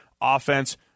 offense